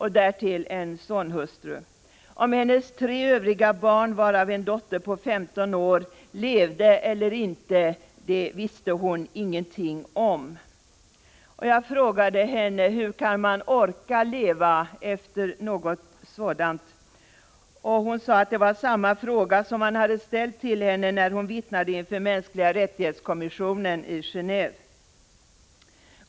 Huruvida hennes tre övriga barn, varav en dotter på 15 år, levde eller inte visste hon ingenting om. Jag frågade henne: Hur kan man orka leva efter något sådant? Hon sade att samma fråga hade ställts till henne när hon vittnade inför kommissionen för mänskliga rättigheter i Gen&ve.